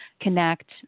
connect